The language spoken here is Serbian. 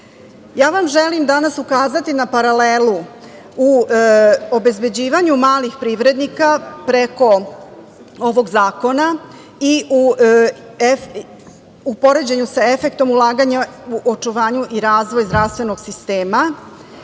vam danas ukazati na paralelu u obezbeđivanju malih privrednika preko ovog zakona i u poređenju sa efektom ulaganja u očuvanju i razvoju zdravstvenog sistema.